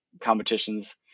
competitions